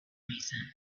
reason